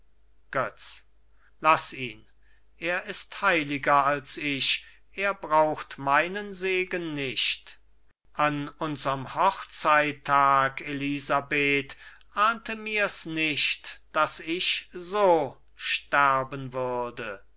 götz laß ihn er ist heiliger als ich er braucht meinen segen nicht an unsrem hochzeittag elisabeth ahnte mir's nicht daß ich so sterben würde